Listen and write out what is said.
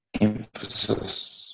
emphasis